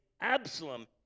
Absalom